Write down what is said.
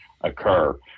occur